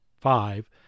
five